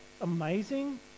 amazing